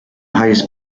highest